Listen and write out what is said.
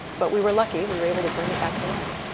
but we were lucky, we were able to bring it back to life.